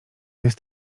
jest